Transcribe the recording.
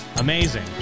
Amazing